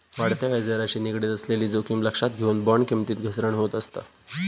वाढत्या व्याजदराशी निगडीत असलेली जोखीम लक्षात घेऊन, बॉण्ड किमतीत घसरण होत असता